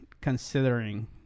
considering